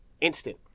instant